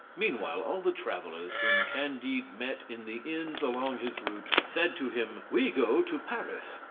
meanwhile, all the travellers whom candide met in the inns along his route, said to him, we go to paris.